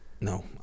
no